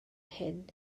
hyn